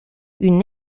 une